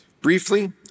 Briefly